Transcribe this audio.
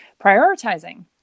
prioritizing